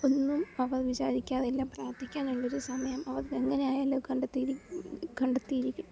ഒന്നും അവർ വിചാരിക്കാറില്ല പ്രാർത്ഥിക്കാൻ വേണ്ടിയൊരു സമയം അവർ എങ്ങനെയായാലും കണ്ടെത്തിയിരിക്കും